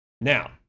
Now